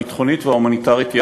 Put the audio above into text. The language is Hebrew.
הביטחונית וההומניטרית יחד,